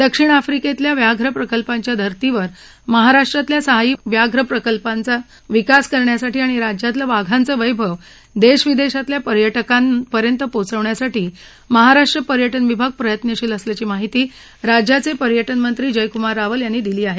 दक्षिण आफ्रिकेतल्या आंतरराष्ट्रीय व्याघ्र प्रकल्पांच्या धर्तीवर महाराष्ट्रातल्या सहाही व्याघ्रप्रकल्पांचा विकास करण्यासाठी आणि राज्यातलं वाघांचं वैभव देश विदेशातल्या पर्या कांपर्यंत पोहोचवण्यासाठी महाराष्ट्र पर्या जा विभाग प्रयत्नशील असल्याची माहिती राज्याचे पर्याऊ मंत्री जयक्मार रावल यांनी दिली आहे